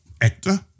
actor